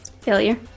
failure